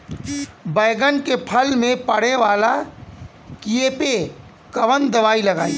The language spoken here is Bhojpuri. बैगन के फल में पड़े वाला कियेपे कवन दवाई होई?